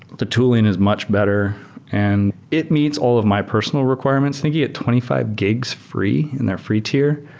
the tooling is much better and it meets all of my personal requirements. i think you get twenty five gigs free in their free tier.